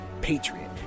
patriot